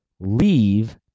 leave